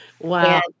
Wow